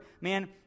Man